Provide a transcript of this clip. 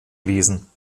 lesen